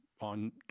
on